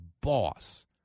boss